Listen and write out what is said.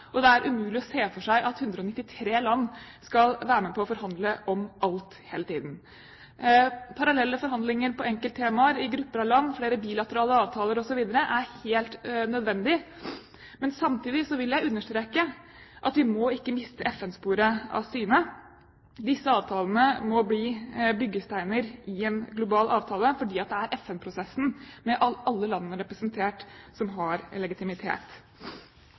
og det er umulig å se for seg at 193 land skal være med på å forhandle om alt hele tiden. Parallelle forhandlinger på enkelttemaer i grupper og land, flere bilaterale avtaler, osv. er helt nødvendig. Men samtidig vil jeg understreke at vi må ikke miste FN-sporet av syne. Disse avtalene må bli byggesteiner i en global avtale, fordi det er FN-prosessen – med alle landene representert – som har legitimitet.